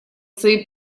свои